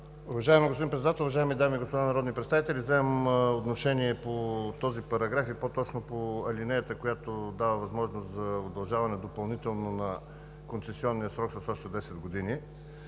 Уважаеми господин Председател, уважаеми дами и господа народни представители! Вземам отношение по този параграф и по-точно по алинеята, която дава възможност за удължаване допълнително на концесионния срок с още 10 години.